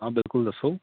ਹਾਂ ਬਿਲਕੁਲ ਦੱਸੋ